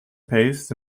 paste